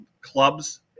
clubs